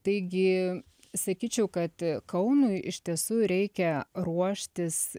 taigi sakyčiau kad kaunui iš tiesų reikia ruoštis